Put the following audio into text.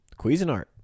Cuisinart